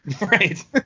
Right